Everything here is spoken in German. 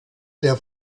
der